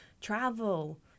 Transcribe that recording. travel